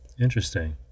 Interesting